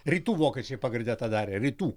rytų vokiečiai pagrinde tą darė rytų